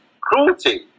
cruelty